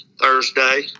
Thursday